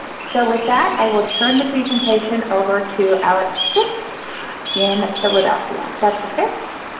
so, with that, i will turn the presentation over to alex fiks in philadelphia. dr. fiks?